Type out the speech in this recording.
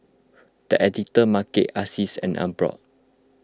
the Editor's Market Asics and Emborg